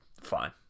Fine